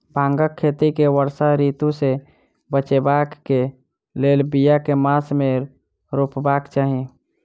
भांगक खेती केँ वर्षा ऋतु सऽ बचेबाक कऽ लेल, बिया केँ मास मे रोपबाक चाहि?